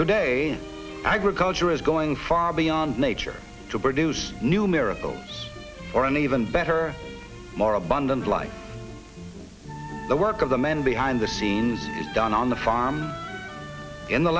today agriculture is going far beyond nature to produce new miracles or an even better more abundant life the work of the man behind the scenes done on the farm in the